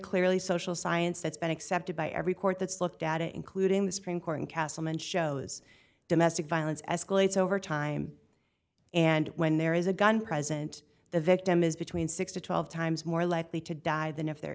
clearly social science that's been accepted by every court that's looked at it including the supreme court in castleman shows domestic violence escalates over time and when there is a gun present the victim is between six to twelve times more likely to die than if there